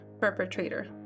perpetrator